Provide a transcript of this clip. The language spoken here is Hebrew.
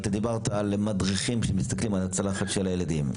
אתה דיברת על מדריכים שמסתכלים על הצלחת של הילדים.